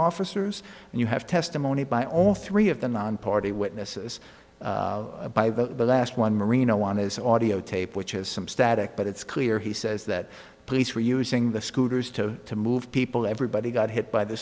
officers and you have testimony by all three of the nonparty witnesses by the last one marino on his audiotape which has some static but it's clear he says that police are using the scooters to move people everybody got hit by the